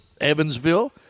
Evansville